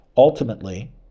Ultimately